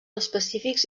específics